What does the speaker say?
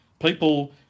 people